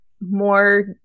more